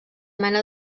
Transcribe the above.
mena